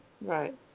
Right